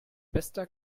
bester